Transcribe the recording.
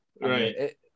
Right